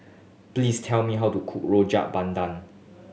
please tell me how to cook Rojak Bandung